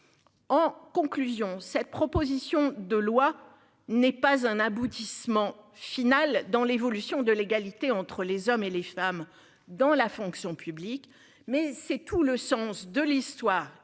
En conclusion, cette proposition de loi n'est pas un aboutissement final dans l'évolution de l'égalité entre les hommes et les femmes dans la fonction publique, mais c'est tout le sens de l'histoire